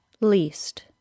least